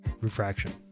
refraction